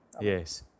Yes